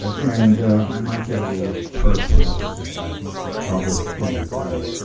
and i might get a little personal, if that troubles anybody.